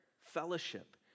fellowship